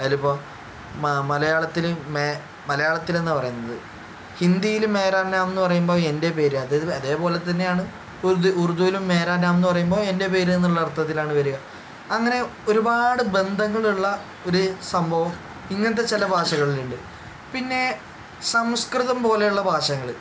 ഏതായാലും ഇപ്പം മ മലയാളത്തിൽ മേ മലയാളത്തിലെന്ന് പറയുന്നത് ഹിന്ദിയിൽ മേരാ നാം എന്ന് പറയുമ്പോൾ എൻ്റെ പേര് അതായത് അതേപോലെ തന്നെയാണ് ഉ ഉറുദുവിലും മേരാ നാം എന്ന് പറയുമ്പോൾ എൻ്റെ പേര് എന്നുള്ള അർത്ഥത്തിലാണ് വരിക അങ്ങനെ ഒരുപാട് ബന്ധങ്ങളുള്ള ഒരു സംഭവം ഇങ്ങനത്തെ ചില ഭാഷകളിൽ ഉണ്ട് പിന്നെ സംസ്കൃതം പോലെയുള്ള ഭാഷകൾ